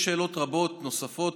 יש שאלות רבות ונוספות